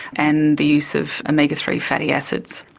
and the use of omega three fatty acids.